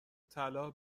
طلا